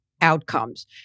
outcomes